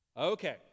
Okay